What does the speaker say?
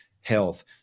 health